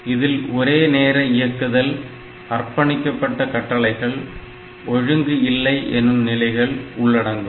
இதில் ஒரே நேர இயக்குதல் அர்ப்பணிக்கப்பட்ட கட்டளைகள் ஒழுங்கு இல்லை என்னும் நிலைகள் உள்ளடங்கும்